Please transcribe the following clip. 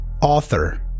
Author